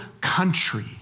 country